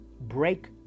Break